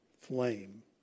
flame